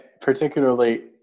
particularly